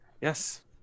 yes